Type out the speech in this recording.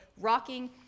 rocking